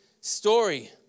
story